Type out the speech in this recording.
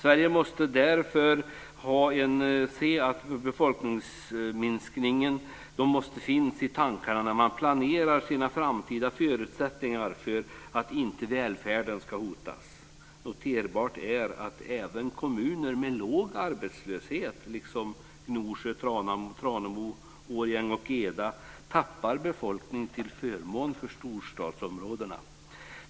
Man måste därför ha befolkningsminskningen i tankarna när man planerar framtida förutsättningar för att välfärden inte ska hotas. Noterbart är att även kommuner med låg arbetslöshet, Gnosjö, Tranemo, Årjäng och Eda, förlorar en del av befolkningen till förmån för storstadsområdena.